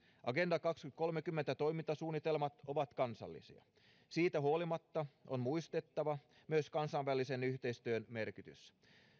agenda kaksituhattakolmekymmentä toimintasuunnitelmat ovat kansallisia siitä huolimatta on muistettava myös kansainvälisen yhteistyön merkitys